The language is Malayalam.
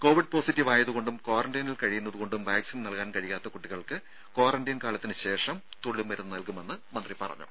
കോവിഡ് പോസിറ്റീവായതുകൊണ്ടും ക്വാറന്റീനിൽ കഴിയുന്നതുകൊണ്ടും വാക്സിൻ നൽകാൻ കഴിയാത്ത കുട്ടികൾക്ക് ക്വാറന്റീൻ കാലത്തിന് ശേഷം തുള്ളി മരുന്ന് നൽകുമെന്ന് മന്ത്രി പറഞ്ഞു